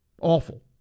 Awful